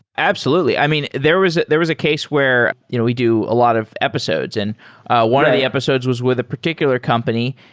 absolutely. i mean, there was there was a case where you know we do a lot of episodes. and one of the episodes was with a particular company,